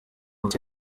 gake